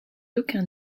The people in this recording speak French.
aucun